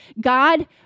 God